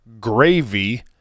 Gravy